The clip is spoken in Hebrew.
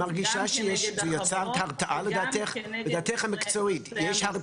גם כנגד החברות וגם כנגד נושאי המשרה.